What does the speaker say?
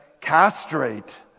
castrate